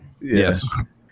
Yes